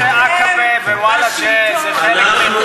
תגיד, וולג'ה זה חלק, אתם בשלטון.